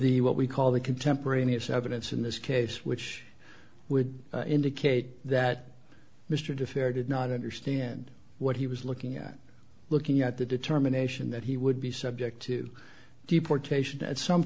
the what we call the contemporaneous evidence in this case which would indicate that mr de fer did not understand what he was looking at looking at the determination that he would be subject to deportation at some